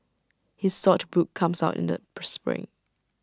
his saute book comes out in the per spring